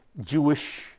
Jewish